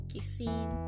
Kissing